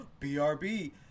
BRB